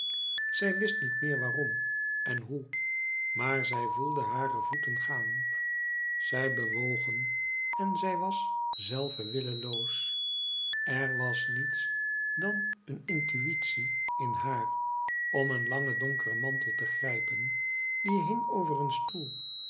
zij wist niet meer waarom en hoe maar zij voelde hare voeten gaan zij bewogen en zij was zelve willoos er was niets dan een intuitie in haar om een langen donkeren mantel te grijpen die hing over een stoel